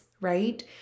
right